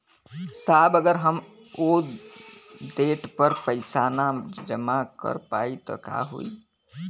साहब अगर हम ओ देट पर पैसाना जमा कर पाइब त का होइ?